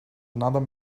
another